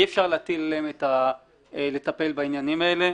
אי אפשר להטיל עליהם לטפל בעניינים האלה.